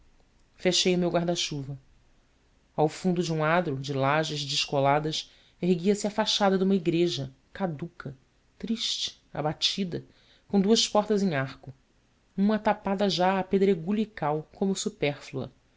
fechei o meu guarda-chuva ao fundo de um adro de lajes descoladas erguia-se a fachada de uma igreja caduca triste abatida com duas portas em arco uma tapada já a pedregulho e cal como supérflua